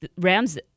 Rams